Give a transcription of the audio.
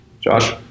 josh